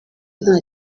nta